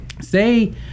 say